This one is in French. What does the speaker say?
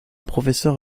professeur